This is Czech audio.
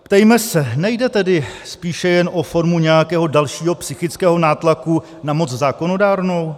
Ptejme se, nejde tedy spíše jen o formu nějakého dalšího psychického nátlaku na moc zákonodárnou?